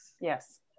Yes